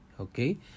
okay